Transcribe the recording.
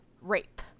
rape